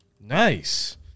Nice